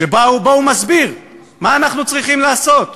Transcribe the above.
שבו הוא מסביר מה אנחנו צריכים לעשות,